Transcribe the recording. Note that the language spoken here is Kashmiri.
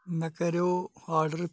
مےٚ کَریو آڈَر